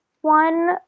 one